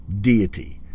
deity